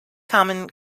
common